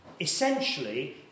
Essentially